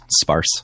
sparse